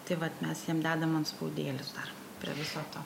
tai vat mes jiem dedam antspaudėlius ar prie viso to